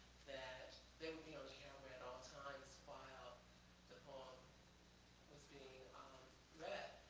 that they would be on camera at all times while the poem was being read.